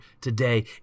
today